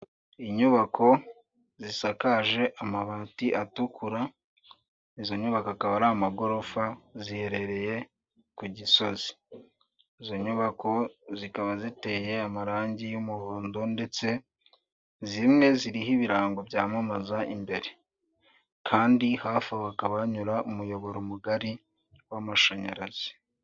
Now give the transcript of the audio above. Inyubako zisakaje amabati atukura, izo nyubako akaba ari amagorofa ziherereye ku Gisozi, izo nyubako zikaba ziteye amarangi y'umuhondo ndetse zimwe ziriho ibirango byamamaza imbere kandi hafi aho hakaba hanyura umuyoboro mugari w'amashanyarazi.